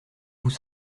vous